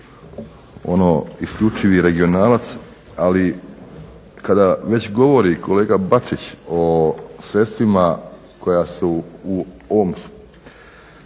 ono isključivi regionalac, ali kada već govori kolega Bačić o sredstvima koja su u ovom